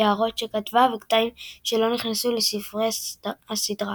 הערות שכתבה וקטעים שלא נכנסו לספרי הסדרה.